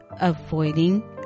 Avoiding